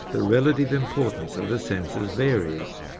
the relative importance of the senses varies.